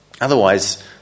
Otherwise